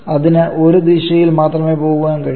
അതിന് ഒരു ദിശയിൽ മാത്രമേ പോകാൻ കഴിയൂ